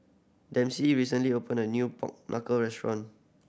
Dempsey recently opened a new pork knuckle restaurant